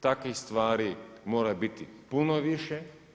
Takvih stvari mora biti puno više.